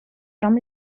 from